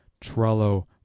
Trello